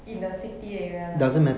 in the city area lah